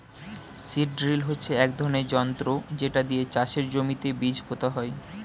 seed drill হচ্ছে এক ধরনের যন্ত্র যেটা দিয়ে চাষের জমিতে বীজ পোতা হয়